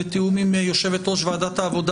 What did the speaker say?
בתיאום עם יושבת-ראש ועדת העבודה